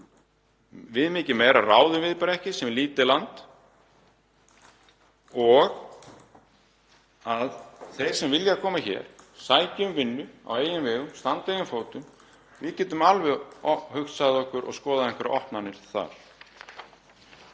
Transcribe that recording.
Við mikið meira ráðum við bara ekki sem lítið land. Þeir sem vilja koma hér og sækja um vinnu á eigin vegum, standa á eigin fótum — við getum alveg hugsað okkur að skoða einhverjar opnanir þar.